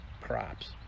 crops